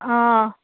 অ'